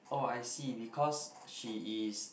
oh I see because she is